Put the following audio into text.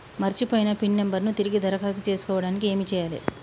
మర్చిపోయిన pin number ను తిరిగి దరఖాస్తు చేసుకోవడానికి ఏమి చేయాలే?